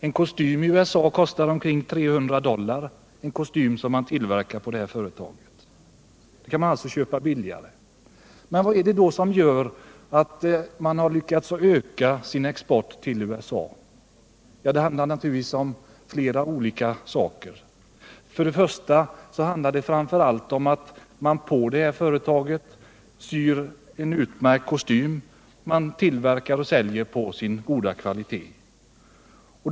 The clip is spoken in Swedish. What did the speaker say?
En kostym från Tiger-Rang kostar i USA omkring 300 dollar. Det finns naturligtvis billigare kostymer i USA. Men vad är det då som gör att man lyckats öka sin export till USA? Det har naturligtvis flera orsaker. Det främsta skälet är naturligtvis att man på detta företag syr en utmärkt kostym — man säljer på sin goda kvalitet.